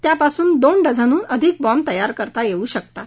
त्यांच्यापासून दोन डझनहन अधिक बॉम्ब तयार करता येऊ शकतात